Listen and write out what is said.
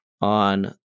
on